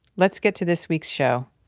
let's get to this week's show,